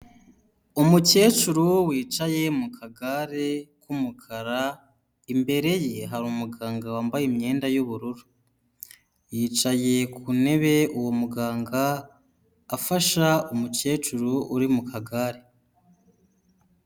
Umukecuru wicaye mu kagare k'umukara, imbere ye hari umuganga wambaye imyenda y'ubururu. Yicaye ku ntebe uwo muganga, afasha umukecuru uri mu kagare.